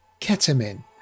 ketamine